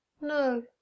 no